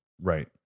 Right